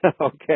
okay